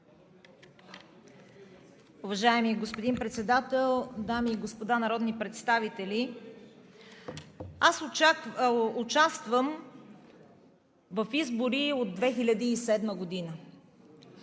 Уважаеми господин Председател, дами и господа народни представители! Аз участвам в избори от 2007 г.